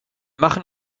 machen